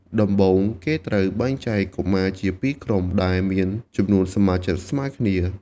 ដំបូង គេត្រូវបែងចែកកុមារជាពីរក្រុម ដែលមានចំនួនសមាជិកស្មើគ្នា។